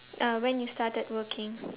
uh when you started working